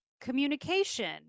communication